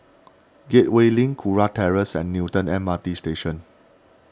Gateway Link Kurau Terrace and Newton M R T Station